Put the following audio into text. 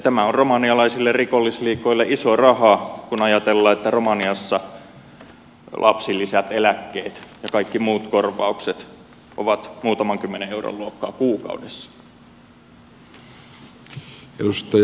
tämä on romanialaisille rikollisliigoille iso raha kun ajatellaan että romaniassa lapsilisät eläkkeet ja kaikki muut korvaukset ovat muutaman kymmenen euron luokkaa kuukaudessa